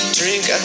drink